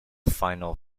final